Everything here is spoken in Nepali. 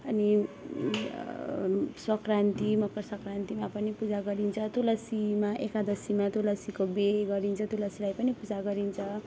अनि सङ्क्रान्ति मकर सङ्क्रान्तिमा पनि पूजा गरिन्छ तुलसीमा एकादशीमा तुलसीको बिहे गरिन्छ तुलसीलाई पनि पूजा गरिन्छ